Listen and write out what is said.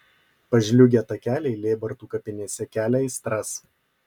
pažliugę takeliai lėbartų kapinėse kelia aistras